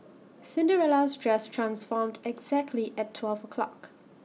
Cinderella's dress transformed exactly at twelve o'clock